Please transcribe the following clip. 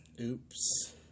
Oops